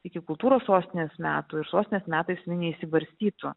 iki kultūros sostinės metų ir sostinės metais jinai neišsibarstytų